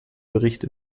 bericht